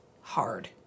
hard